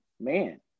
Man